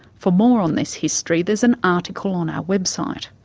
for more on this history there's an article on our website.